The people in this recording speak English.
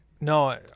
No